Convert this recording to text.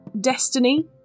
Destiny